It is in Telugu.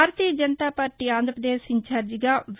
భారతీయ జనతాపార్టీ ఆంధ్రప్రదేశ్ ఇన్ఛార్జిగా వి